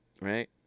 right